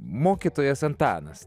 mokytojas antanas